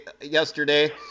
yesterday